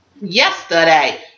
yesterday